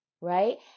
right